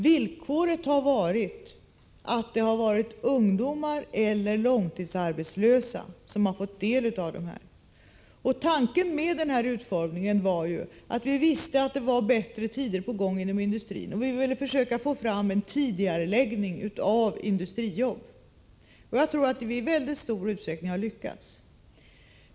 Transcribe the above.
Villkoret har varit att det skulle vara ungdomar eller långtidsarbetslösa som skulle få del av stödet. Tanken med den här utformningen var att vi ville försöka få fram en tidigareläggning av industrijobb, eftersom vi visste att det var bättre tider på gång inom industrin. Jag tror att vi i mycket stor utsträckning har lyckats.